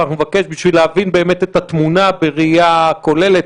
נבקש בשביל להבין את התמונה בראייה כוללת.